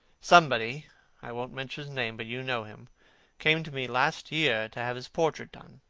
somebody i won't mention his name, but you know him came to me last year to have his portrait done.